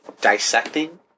Dissecting